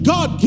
God